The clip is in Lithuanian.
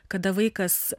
kada vaikas